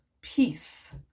peace